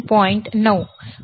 9V आहे